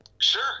Sure